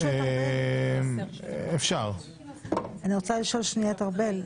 אני רוצה לשאול את ארבל,